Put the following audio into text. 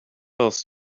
else